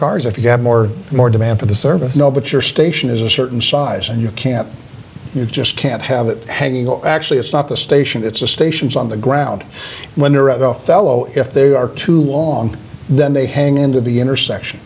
cars if you have more and more demand for the service no but your station is a certain size and you can't you just can't have it hanging on actually it's not the station it's the stations on the ground when you're a fellow if there are too long then they hang into the intersection